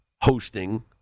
hosting